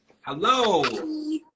Hello